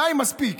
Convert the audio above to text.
די, מספיק.